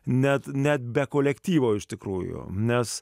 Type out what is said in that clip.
net net be kolektyvo iš tikrųjų nes